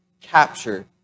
capture